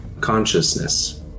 consciousness